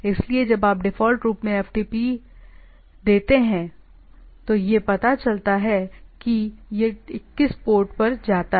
इसलिए जब आप डिफ़ॉल्ट रूप से एफ़टीपी फ्तपदेते हैं तो यह पता चलता है कि यह 21 पोर्ट पर जाता है